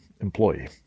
employee